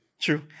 True